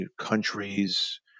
countries